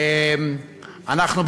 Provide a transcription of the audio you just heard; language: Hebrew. אנחנו,